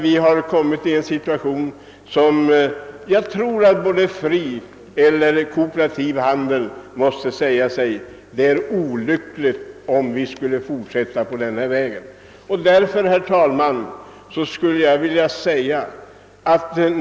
Vi har kommit in i en situation, där jag tror att varken den privata eller den kooperativa handeln anser det vara lyckligt att fortsätta på denna väg.